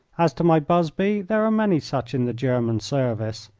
as to my busby, there are many such in the german service,